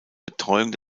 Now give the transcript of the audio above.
betreuung